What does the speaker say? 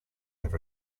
have